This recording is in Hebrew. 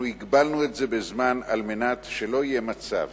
אנחנו הגבלנו את זה בזמן כדי שלא יהיה מצב